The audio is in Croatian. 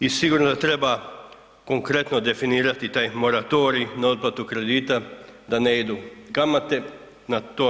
I sigurno da treba konkretno definirati taj moratorij na otplatu kredita da ne idu kamate na to.